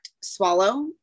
swallow